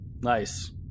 Nice